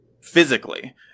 physically